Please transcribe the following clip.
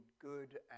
good